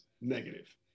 negative